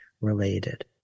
related